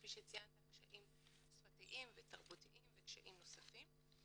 כפי שציינת קשיים שפתיים ותרבותיים וקשיים נוספים.